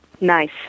nice